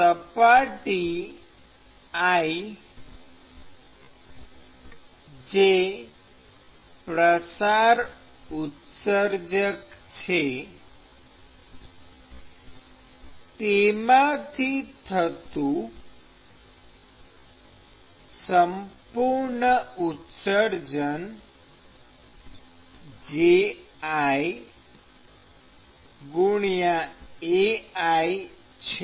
સપાટી i જે પ્રસાર ઉત્સર્જક છે તેમાંથી થતું સંપૂર્ણ ઉત્સર્જન JiAi છે